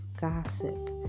gossip